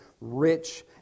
rich